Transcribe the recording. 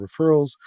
referrals